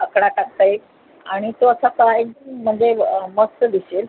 आकडा टाकता येईल आणि तो असा काय की म्हणजे मस्त दिसेल